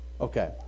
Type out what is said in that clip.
Okay